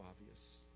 obvious